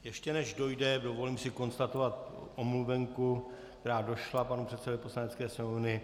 Ještě než dojde, dovolím si konstatovat omluvenku, která došla panu předsedovi Poslanecké sněmovny.